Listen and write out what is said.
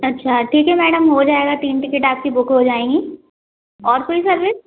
अच्छा ठीक है मैडम हो जाएगा तीन टिकेट आपकी बुक हो जाएंगी और कोई सर्विस